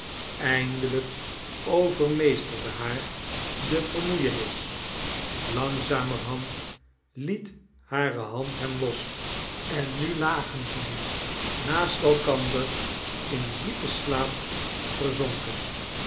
eindehjk overmeesterde haar de vermoeienis langzamerhand liet hare hand hem los en nu lagen zij naast elkander in diepen slaap verzonken